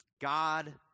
God